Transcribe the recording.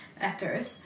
actors